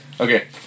Okay